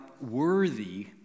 worthy